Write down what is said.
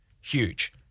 huge